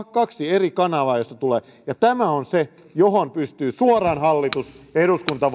kaksi eri kanavaa joista se tulee ja tämä on se johon hallitus ja eduskunta